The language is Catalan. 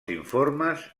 informes